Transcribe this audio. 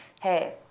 hey